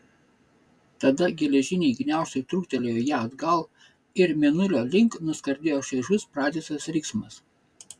tada geležiniai gniaužtai trūktelėjo ją atgal ir mėnulio link nuskardėjo šaižus pratisas riksmas